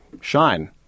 shine